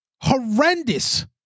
Horrendous